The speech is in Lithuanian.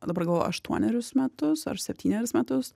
dabar galvoju aštuonerius metus ar septynerius metus